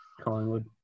Collingwood